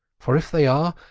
for if they are,